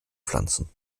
pflanzen